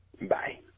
Bye